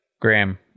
Graham